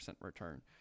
return